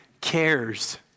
cares